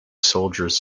soldiers